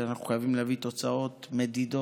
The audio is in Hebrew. ואנחנו חייבים להביא תוצאות מדידות,